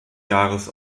jahres